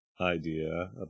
idea